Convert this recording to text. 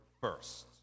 first